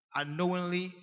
unknowingly